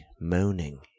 moaning